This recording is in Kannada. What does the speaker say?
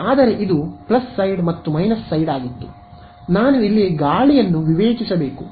ಆದರೆ ಇದು ಪ್ಲಸ್ ಸೈಡ್ ಮತ್ತು ಮೈನಸ್ ಆಗಿತ್ತು ನಾನು ಗಾಳಿಯನ್ನು ವಿವೇಚಿಸಬೇಕು